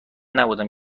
نبودم